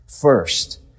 First